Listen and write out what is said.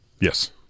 Yes